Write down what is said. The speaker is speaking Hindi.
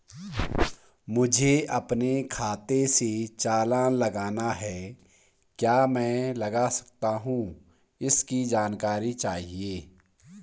मुझे अपने खाते से चालान लगाना है क्या मैं लगा सकता हूँ इसकी जानकारी चाहिए?